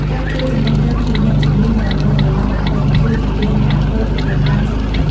ការផ្ទេរចំណេះដឹង ពីអ្នកជំនាញដែលវិលត្រឡប់មកវិញ ជួយពន្លឿនការធ្វើទំនើបកម្មសេដ្ឋកិច្ច។